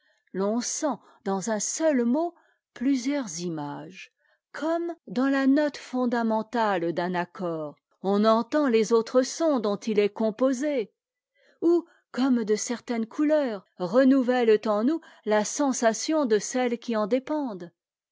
sent dans un seul mot plusieurs images comme dans la note fondamentale d'un accord on entend les autres sons dont il est compose ou comme de certaines couleurs renouvellent en nous la sensation de celles qui en dépendent